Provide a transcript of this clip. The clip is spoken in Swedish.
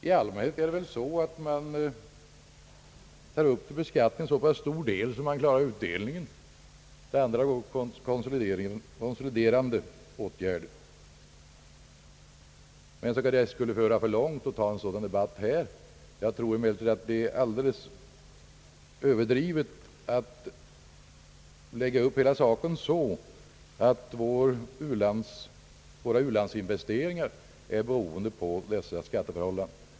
I allmänhet är det väl så att man tar upp till beskattning så pass stor del att man klarar utdelningen; det övriga går till konsoliderande åtgärder. Det skulle föra för långt att ta upp en sådan debatt här. Jag tror emellertid att det är alldeles överdrivet att lägga upp hela frågan så att våra u-landsinvesteringar är beroende på dessa skatteförhållanden.